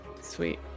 sweet